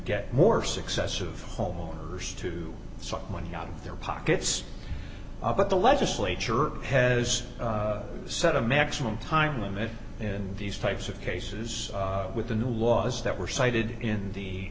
get more successive homeowners to suck money out of their pockets but the legislature has set a maximum time limit in these types of cases with the new laws that were cited in the